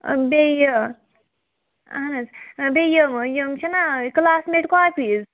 بیٚیہِ یہِ اہن حظ بیٚیہِ یِم یِم چھِنا کٕلاس میٹ کاپیٖز